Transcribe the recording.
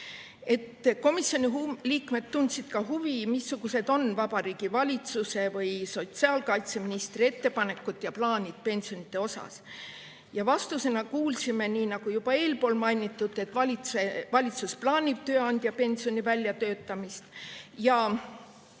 Komisjoni liikmed tundsid ka huvi, missugused on Vabariigi Valitsuse või sotsiaalkaitseministri ettepanekud ja plaanid pensionide kohta. Vastusena kuulsime, nii nagu juba eespool mainitud, et valitsus plaanib tööandjapensioni väljatöötamist ja